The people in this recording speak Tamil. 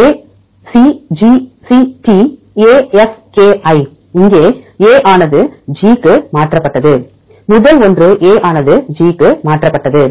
ACGCTAFKI இங்கே A ஆனது G க்கு மாற்றப்பட்டது முதல் ஒன்று A ஆனது G க்கு மாற்றப்பட்டது